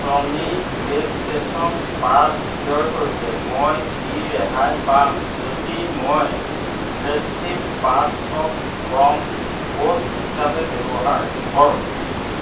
Sony PlayStation পাঁচ ক্ৰয় কৰিলে মই কি ৰেহাই পাম যদি মই ফেষ্টিভ পাঁচশক প্ৰম' কোড হিচাপে ব্যৱহাৰ কৰোঁ